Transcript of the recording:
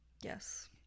Yes